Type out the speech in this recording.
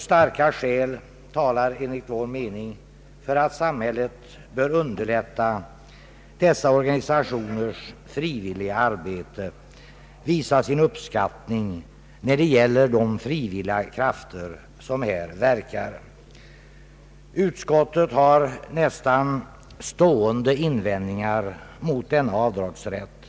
Starka skäl talar enligt vår mening för att samhället bör underlätta dessa organisationers frivilliga arbete och visa sin uppskattning när det gäller de frivilliga krafter som här verkar. Utskottet har nästan stående invändningar mot denna avdragsrätt.